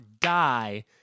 die